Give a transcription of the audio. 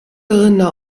rinder